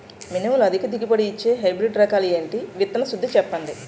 మినుములు అధిక దిగుబడి ఇచ్చే హైబ్రిడ్ రకాలు ఏంటి? విత్తన శుద్ధి చెప్పండి?